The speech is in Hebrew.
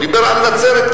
הוא דיבר על נצרת-עילית.